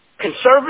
conservative